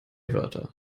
wörter